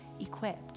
equipped